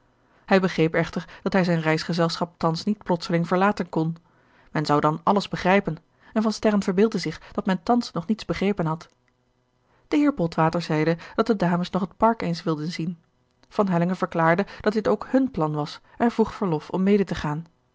hij begreep echter dat hij zijn reisgezelschap thans niet plotseling verlaten kon men zou dan alles begrijpen en van sterren verbeeldde zich dat men thans nog niets begrepen had de heer botwater zeide dat de dames nog het park eens wilden zien van hellingen verklaarde dat dit ook hun plan was en vroeg verlof om mede te gaan